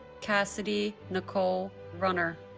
cassidy nicole runner